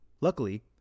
Luckily